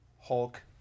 Hulk